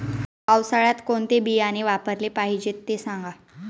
पावसाळ्यात कोणते बियाणे वापरले पाहिजे ते सांगा